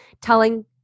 telling